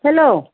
hello